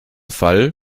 fall